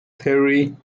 terry